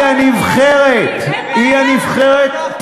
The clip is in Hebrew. היא הנבחרת, היא הנבחרת.